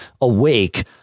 awake